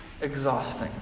exhausting